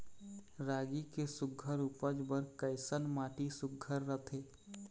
रागी के सुघ्घर उपज बर कैसन माटी सुघ्घर रथे?